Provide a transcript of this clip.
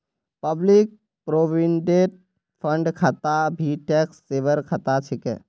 public provident fund खाता भी tax saver खाता छिके